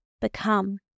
become